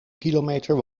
kilometer